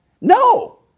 No